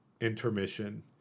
intermission